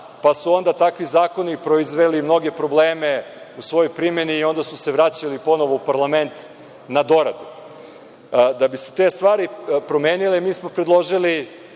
pa su onda takvi zakoni proizveli mnoge probleme u svojoj primeni i onda su se vraćali ponovo u parlament na doradu. Da bi se te stvari promenile, mi smo predložili